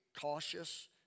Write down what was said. cautious